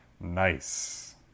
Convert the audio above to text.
Nice